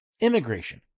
immigration